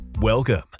Welcome